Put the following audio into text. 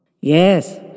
Yes